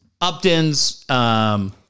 Uptons